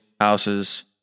houses